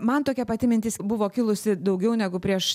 man tokia pati mintis buvo kilusi daugiau negu prieš